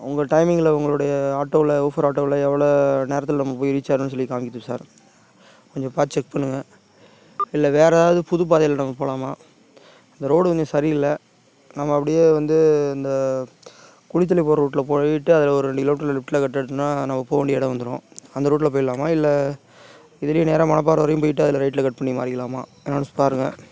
உங்கள் டைமிங்கில் உங்களுடைய ஆட்டோவில் ஊஃபர் ஆட்டோவில் எவ்வளோ நேரத்துல நம்ம போய் ரீச் ஆயிடுவோம்னு சொல்லி காமிக்கணும் சார் கொஞ்சம் பார்த்து செக் பண்ணுங்கள் இல்லை வேற ஏதாவது புது பாதையில் நம்ம போகலாமா அந்த ரோடு கொஞ்சம் சரி இல்லை நம்ம அப்படியே வந்து இந்த குளித்தலை போகிற ரூட்டில் போயிட்டு அதில் ஒரு ரெண்டு கிலோ மீட்டரில் லெஃப்ட்டில் கட் எடுத்தோம்னா நம்ம போ வேண்டிய இடம் வந்துரும் அந்த ரூட்டில் போயிடலாமா இல்லை இதுலையே நேராக மணப்பாறை வரைக்கும் போயிட்டு அதில் ரைட்டில் கட் பண்ணி மாறிக்கலாமா என்னென்னு பாருங்கள்